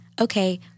okay